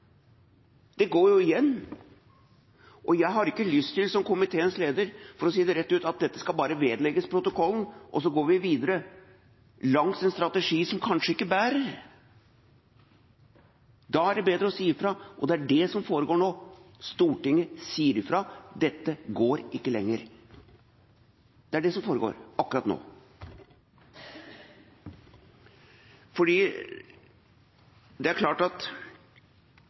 Det går jo igjen. Jeg har ikke lyst til som komiteens leder – for å si det rett ut – at dette bare skal vedlegges protokollen, og så går vi videre langs en strategi som kanskje ikke bærer. Da er det bedre å si fra, og det er det som foregår nå: Stortinget sier fra, dette går ikke lenger. Det er det som foregår akkurat nå. Det er klart at